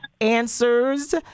answers